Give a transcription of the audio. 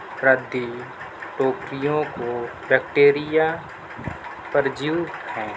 ردی ٹوکریوں کو بیکٹیریا پرجیو ہیں